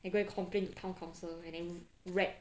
I go and complain to town council and then wreck